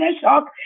shock